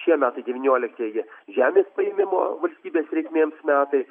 šie metai devynioliktieji žemės paėmimo valstybės reikmėms metai